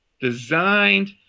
designed